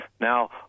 Now